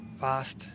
fast